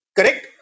Correct